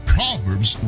Proverbs